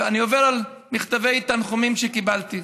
אני עובר על מכתבי תנחומים שקיבלתי.